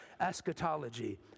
eschatology